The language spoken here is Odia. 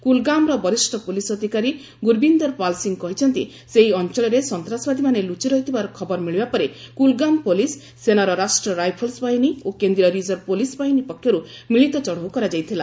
କୁଲଗାମର ବରିଷ୍ଠ ପୁଲିସ ଅଧିକାରୀ ଗୁର୍ବିନ୍ଦର ପାଲ୍ସିଂହ କହିଛନ୍ତି ସେହି ଅଞ୍ଚଳରେ ସନ୍ତାସବାଦୀମାନେ ଲୁଚି ରହିଥିବାର ଖବର ମିଳିବା ପରେ କୁଲଗାମ ପୁଲିସ ସେନାର ରାଷ୍ଟ୍ରୀୟ ରାଇଫଲ୍ସ ବାହିନୀ ଓ କେନ୍ଦ୍ରିୟ ରିଜର୍ଭ ପୁଲିସ ବାହିନୀ ପକ୍ଷରୁ ମିଳିତ ଚଢ଼ଉ କରାଯାଇଥିଲା